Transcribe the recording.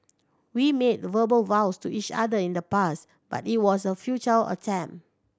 we made verbal vows to each other in the past but it was a attempt